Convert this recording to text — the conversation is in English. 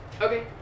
Okay